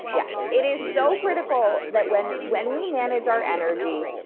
yes, it is so critical that when when we manage our energy,